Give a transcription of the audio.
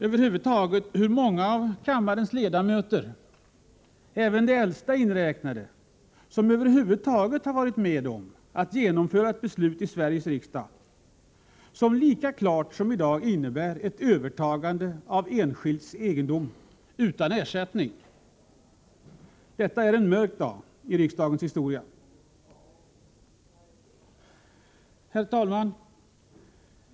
Jag undrar hur många av kammarens ledamöter — även de äldsta inräknade — som över huvud taget har varit med om att i Sveriges riksdag genomföra ett beslut som lika klart som beslutet i dag innebär ett övertagande av enskilds egendom utan ersättning. Detta är en mörk dag i riksdagens historia. Herr talman!